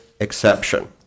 exception